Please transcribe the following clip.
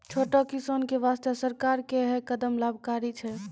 छोटो किसान के वास्तॅ सरकार के है कदम लाभकारी छै